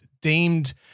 deemed